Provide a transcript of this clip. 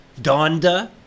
Donda